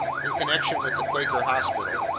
in connection with the quaker hospital,